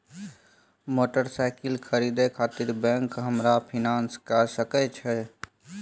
Motorcycle खरीदे खातिर bank हमरा फिनांस कय सके छै?